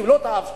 היא לא תאפשר?